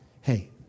Hey